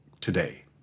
today